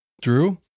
drew